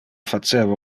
faceva